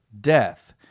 death